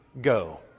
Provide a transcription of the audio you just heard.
go